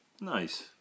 Nice